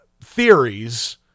theories